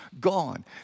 gone